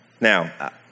Now